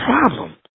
problem